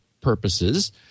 purposes